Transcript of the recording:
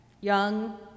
Young